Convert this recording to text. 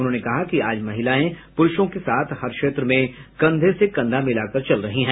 उन्होंने कहा कि आज महिलाएं पुरूषों के साथ हर क्षेत्र में कंधे से कंधा मिलाकर चल रही हैं